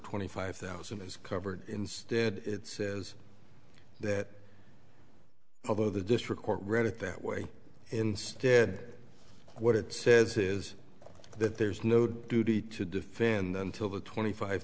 twenty five thousand is covered instead it says that although the district court read it that way instead what it says is that there's no duty to defend until the twenty five